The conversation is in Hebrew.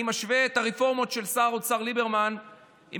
אני משווה את הרפורמות של שר האוצר ליברמן לרפורמות